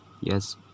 yes